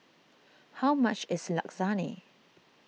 how much is Lasagne